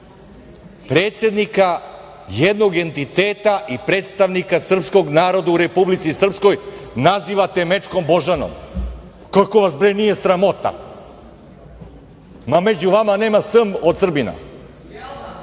predsednika jednog entiteta i predstavnika srpskog naroda u Republici Srpskoj, nazivate mečkom Božanom. Kako vas nije sramota? Ma među vama nema "S" od Srbina.